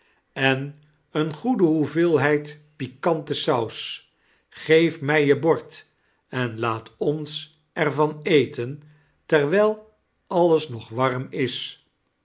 en een goede hoeveelheid pdkante saus g-eef mij je bord en laat ons er van eten terwijl alles nog warm is